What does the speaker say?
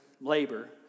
labor